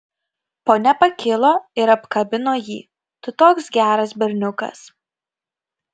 ponia pakilo ir apkabino jį tu toks geras berniukas